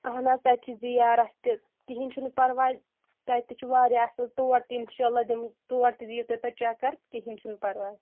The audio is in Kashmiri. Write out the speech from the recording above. اہن حظ تَتہِ چھِ زیارت تہِ کہینۍ چھُنہٕ پرواے تَتہِ چھُ واریاہ اصل تور تہِ انشاء اللہ دِمہ تور تہِ دیو پَتہٕ تُہی چَکرکہینۍ چھُنہٕ پرواے